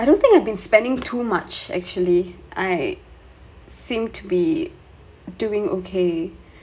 I don't think I've been spending too much actually I seem to be doing okay